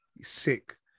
sick